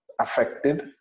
affected